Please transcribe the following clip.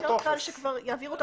יותר קל שיעבירו את